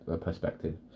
perspective